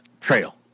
Trail